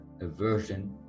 aversion